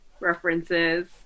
references